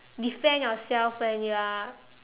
defend yourself when you are